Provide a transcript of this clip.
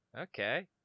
Okay